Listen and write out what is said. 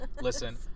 listen